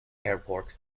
airport